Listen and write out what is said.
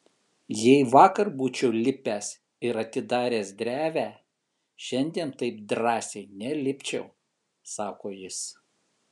jei vakar būčiau lipęs ir atidaręs drevę šiandien taip drąsiai nelipčiau sako jis